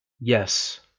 Yes